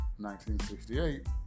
1968